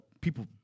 people